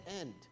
end